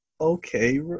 okay